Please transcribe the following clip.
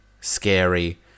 Scary